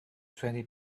twenty